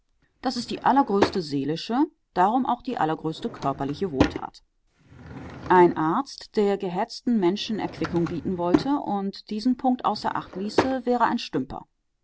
das ist die allergrößte seelische und darum auch die allergrößte körperliche wohltat ein arzt der gehetzten menschen erquickung bieten wollte und diesen punkt außer acht ließe wäre ein stümper